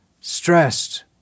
stressed